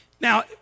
Now